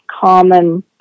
common